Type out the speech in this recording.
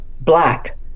black